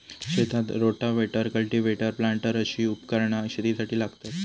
शेतात rotavator, cultivator, planter अशी उपकरणा शेतीसाठी लागतत